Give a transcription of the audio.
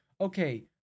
Okay